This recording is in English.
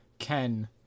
Ken